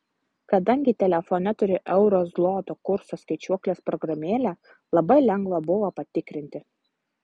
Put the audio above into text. kadangi telefone turiu euro zloto kurso skaičiuoklės programėlę labai lengva buvo patikrinti